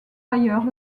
ailleurs